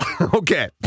Okay